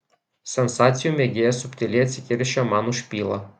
sensacijų mėgėjas subtiliai atsikeršijo man už pylą